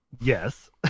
Yes